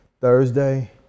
Thursday